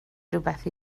rywbeth